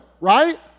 right